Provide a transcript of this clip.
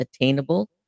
attainable